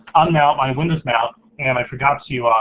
unmount my windows mount, and i forgot to,